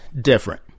different